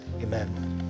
Amen